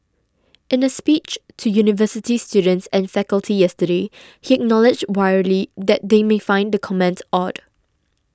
in a speech to university students and faculty yesterday he acknowledged wryly that they may find the comment odd